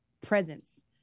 presence